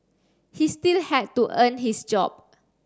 he still had to earn his job